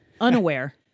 Unaware